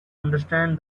understand